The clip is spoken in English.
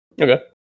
Okay